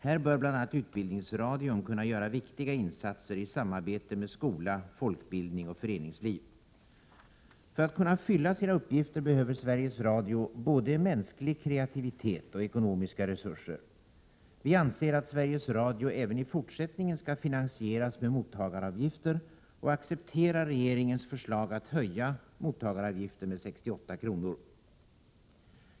Här bör bl.a. Utbildningsradion kunna göra viktiga insatser, i samarbete med skola, folkbildning och föreningsliv. För att kunna fylla sina uppgifter behöver Sveriges Radio både mänsklig kreativitet och ekonomiska resurser. Vi anser att Sveriges Radio även i fortsättningen skall finansieras med mottagaravgifter och accepterar regeringens förslag att höja mottagaravgiften med 68 kr.